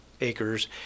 acres